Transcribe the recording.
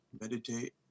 meditate